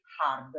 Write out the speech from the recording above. hard